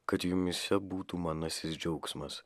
kad jumyse būtų manasis džiaugsmas